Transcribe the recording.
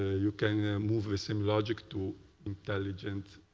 ah you can move the same logic to intelligence.